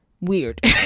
Weird